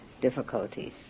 difficulties